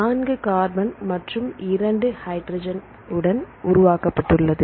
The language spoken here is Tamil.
நான்கு கார்பன் மற்றும் இரண்டு நைட்ரஜன் உடன் உருவாக்கப்பட்டுள்ளது